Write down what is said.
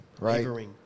right